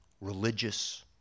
religious